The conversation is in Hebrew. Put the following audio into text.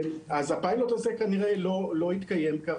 5 אחוזי תמותה, אל מול, באמת כמו